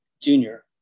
junior